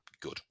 good